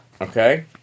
Okay